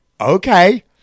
okay